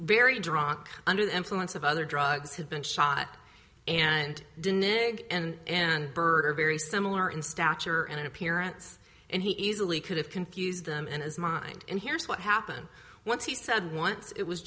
very drunk under the influence of other drugs have been shot and didn't and bird are very similar in stature and appearance and he easily could have confused them in his mind and here's what happened once he said once it was